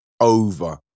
over